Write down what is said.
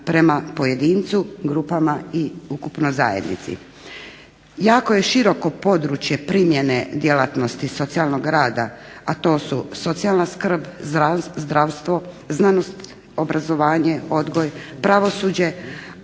prema pojedincu, grupama i ukupno zajednici. jako je široko područje primjene djelatnosti socijalnog rada, a to su socijalna skrb, zdravstvo, znanost, obrazovanje, odgoj, pravosuđe